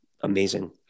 amazing